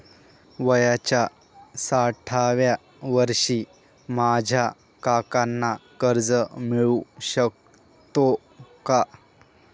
वयाच्या साठाव्या वर्षी माझ्या काकांना कर्ज मिळू शकतो का?